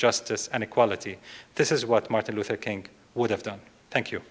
justice and equality this is what martin luther king would have done thank you